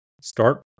Start